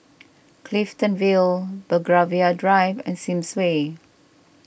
Clifton Vale Belgravia Drive and Sims Way